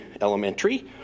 Elementary